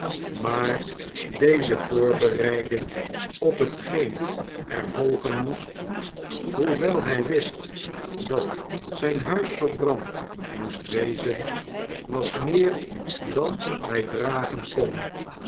maar deze voorbereiding op hetgeen er volgen moest hoewel hij wist dat zijn huis verbrand moest wezen was meer dan hij dragen kon